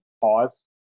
pause